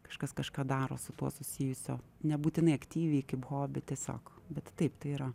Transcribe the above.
kažkas kažką daro su tuo susijusio nebūtinai aktyviai kaip hobį tiesiog bet taip tai yra